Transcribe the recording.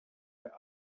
their